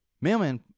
Mailman